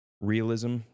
Realism